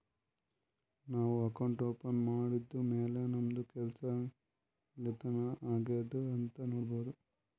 ನಾವು account open ಮಾಡದ್ದ್ ಮ್ಯಾಲ್ ನಮ್ದು ಕೆಲ್ಸಾ ಎಲ್ಲಿತನಾ ಆಗ್ಯಾದ್ ಅಂತ್ ನೊಡ್ಬೋದ್